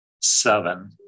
seven